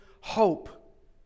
hope